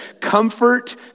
comfort